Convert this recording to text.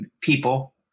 people